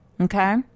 Okay